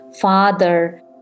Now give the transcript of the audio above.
father